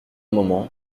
moment